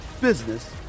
business